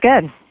good